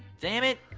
damn it!